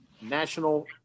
National